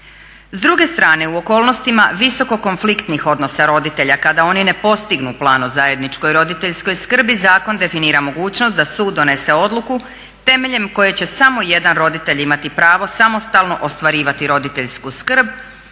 S druge strane u okolnostima visoko konfliktnih odnosa roditelja kada oni ne postignu plan o zajedničkoj roditeljskoj skrbi zakon definira mogućnost da sud donese odluku temeljem koje će samo jedan roditelj imati pravo samostalno ostvarivati roditeljsku skrb